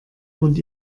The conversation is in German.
und